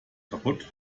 kaputt